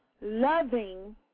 loving